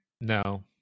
no